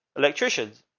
electricians.